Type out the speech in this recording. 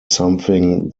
something